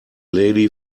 lady